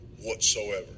whatsoever